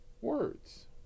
Words